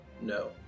no